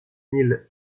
nil